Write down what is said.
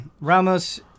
Ramos